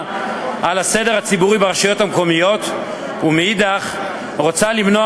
על הסדר הציבורי ברשויות המקומיות ומאידך רוצה למנוע